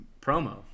promo